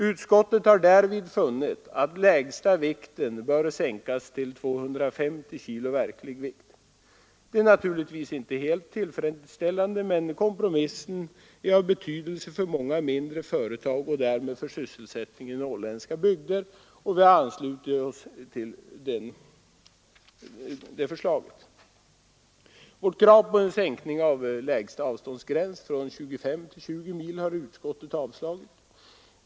Utskottet har därvid funnit att lägsta vikten bör sänkas till 250 kg verklig vikt. Detta är naturligtvis inte helt tillfredsställande, men kompromissen är av betydelse för många mindre företag och därmed för sysselsättningen i norrländska bygder, och vi har anslutit oss till det förslaget. Vårt krav på en sänkning av lägsta avståndsgräns från 25 till 20 mil har utskottet avstyrkt.